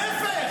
להפך.